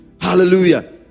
Hallelujah